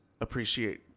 appreciate